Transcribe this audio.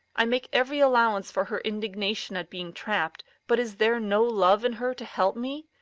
i make every allowance for her indignation at being trapped, but is there no love in her to help me?